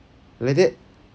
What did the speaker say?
like that